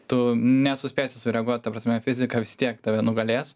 tu nesuspėsi sureaguot ta prasme fizika vis tiek tave nugalės